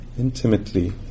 intimately